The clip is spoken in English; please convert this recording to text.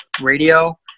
radio